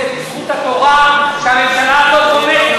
שהיינו פה קודם,